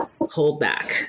holdback